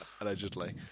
allegedly